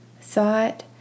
thought